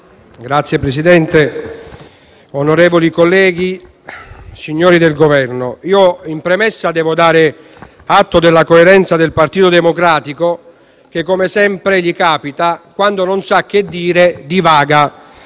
Signor Presidente, onorevoli colleghi, signori del Governo, in premessa devo dare atto della coerenza del Partito Democratico che, come sempre gli capita quando non sa che dire, divaga.